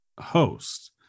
host